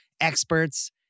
experts